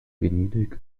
venedig